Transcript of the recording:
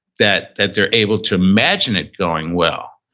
that that they're able to imagine it going well,